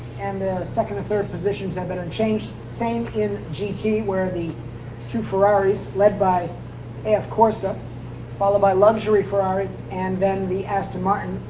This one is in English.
and the second and third positions have been unchanged. same in gt, where the two ferraris, led by af corse ah followed by luxury ferrari. and then the aston martin,